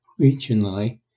regionally